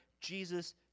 Jesus